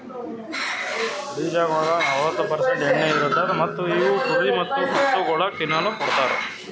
ಬೀಜಗೊಳ್ದಾಗ್ ನಲ್ವತ್ತು ಪರ್ಸೆಂಟ್ ಎಣ್ಣಿ ಇರತ್ತುದ್ ಮತ್ತ ಇವು ಕುರಿ ಮತ್ತ ಹಸುಗೊಳಿಗ್ ತಿನ್ನಲುಕ್ ಕೊಡ್ತಾರ್